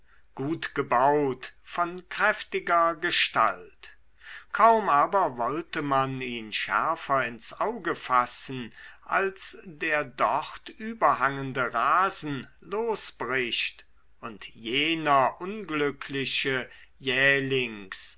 gut gebaut von kräftiger gestalt kaum aber wollte man ihn schärfer ins auge fassen als der dort überhangende rasen losbricht und jener unglückliche jählings